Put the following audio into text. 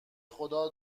خدا